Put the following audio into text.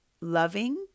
loving